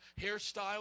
hairstyle